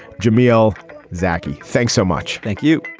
jamil zaki thanks so much thank you